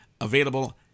available